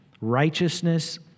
righteousness